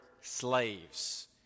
slaves